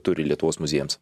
turi lietuvos muziejams